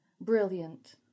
Brilliant